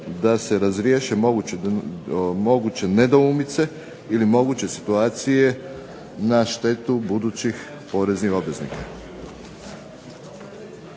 da se razriješe moguće nedoumice, ili moguće situacije na štetu budućih poreznih obveznika.